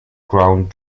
ground